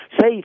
say